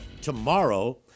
tomorrow